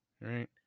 right